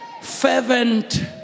Fervent